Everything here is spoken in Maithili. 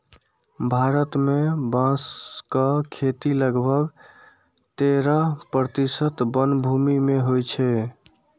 भारत मे बांसक खेती लगभग तेरह प्रतिशत वनभूमि मे होइ छै